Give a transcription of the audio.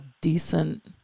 decent